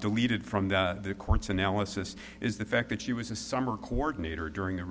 deleted from the court's analysis is the fact that she was a summer coordinator during a